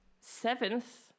Seventh